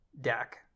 deck